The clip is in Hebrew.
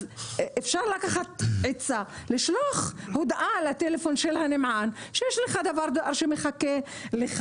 אפשר לשלוח הודעה לטלפון של הנמען ולהודיע לו שיש לו דבר דואר שמחכה לו.